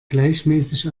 gleichmäßig